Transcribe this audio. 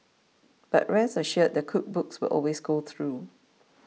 but rest assured the cook books will always go through